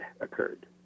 occurred